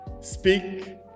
speak